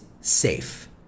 safe